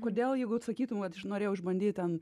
kodėl jeigu tu sakytum vat aš norėjau išbandyt ten